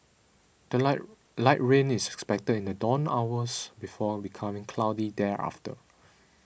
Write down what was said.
the light rain is expected in the dawn hours before becoming cloudy thereafter